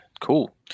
cool